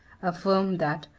affirm, that,